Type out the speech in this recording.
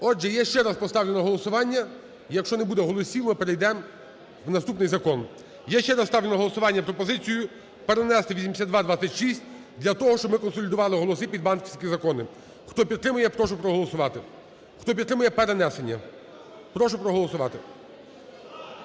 Отже, я ще раз поставлю на голосування, якщо не буде голосів ми перейдемо в наступний закон. Я ще раз ставлю на голосування пропозицію, перенести 8226 для того, щоб ми консолідували голоси під банківські закон. Хто підтримує прошу проголосувати. Хто підтримує перенесення, прошу проголосувати.